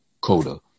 Coda